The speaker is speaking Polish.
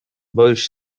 boisz